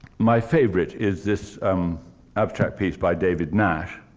my favorite is this abstract piece by david nash.